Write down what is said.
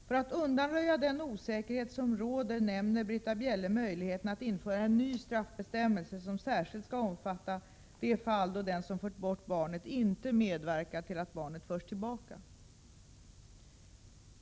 För att undanröja den osäkerhet som råder nämner Britta Bjelle möjligheten att införa en ny straffbestämmelse som särskilt skall omfatta det fall då den som fört bort barnet inte medverkar till att barnet förs tillbaka.